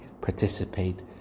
participate